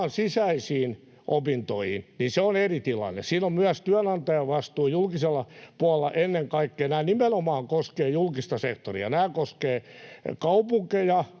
sisäisiin opintoihin: Se on eri tilanne. Siinä on myös työnantajan vastuu, julkisella puolella ennen kaikkea. Nämä nimenomaan koskevat julkista sektoria. Nämä koskevat kaupunkeja,